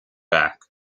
back